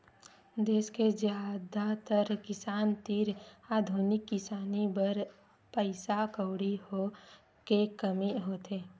देस के जादातर किसान तीर आधुनिक किसानी बर पइसा कउड़ी के कमी होथे